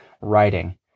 writing